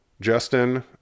Justin